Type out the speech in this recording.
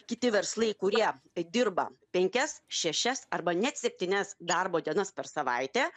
kiti verslai kurie dirba penkias šešias arba net septynias darbo dienas per savaitę